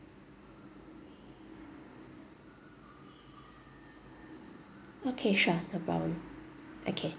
okay sure no problem okay